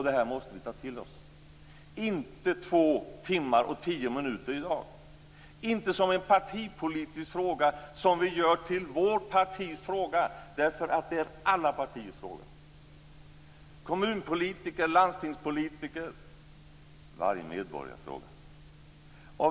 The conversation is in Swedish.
Det här måste vi ta till oss - inte under två timmar och tio minuter i dag och inte som en partipolitisk sak som vi gör till det egna partiets fråga, utan som något som är alla partiers fråga. Det är också kommunpolitikers och landstingspolitikers, ja, varje medborgares fråga.